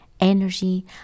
energy